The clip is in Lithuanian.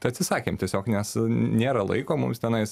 tą atsisakėm tiesiog nes nėra laiko mums tenais